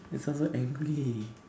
that's not even angry